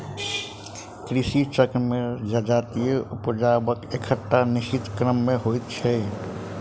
कृषि चक्र मे जजाति उपजयबाक एकटा निश्चित क्रम होइत छै